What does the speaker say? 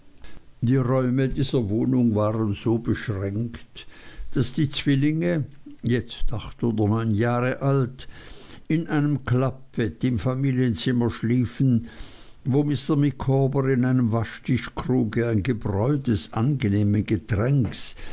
die räume dieser wohnung waren so beschränkt daß die zwillinge jetzt acht oder neun jahre alt in einem klappbett im familienzimmer schliefen wo mr micawber in einem waschtischkruge ein gebräu des angenehmen getränks